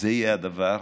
זה יהיה הדבר,